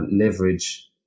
leverage